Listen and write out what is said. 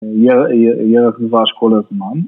ירח דבש כל הזמן